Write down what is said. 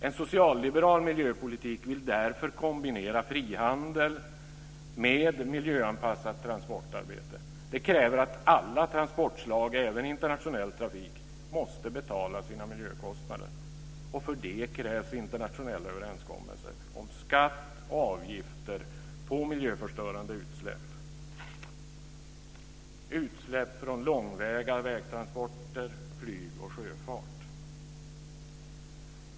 En socialliberal miljöpolitik vill därför kombinera frihandel med miljöanpassat transportarbete. Det kräver att alla transportslag, även i internationell trafik, måste betala sina miljökostnader. Och för det krävs internationella överenskommelser om skatt och avgifter på miljöförstörande utsläpp, utsläpp från långväga vägtransporter, flyg och sjöfart.